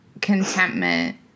contentment